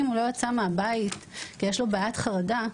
הוא לא יצא מהבית כי יש לו בעיית חרדה,